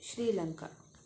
Sri Lanka